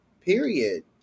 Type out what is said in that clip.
Period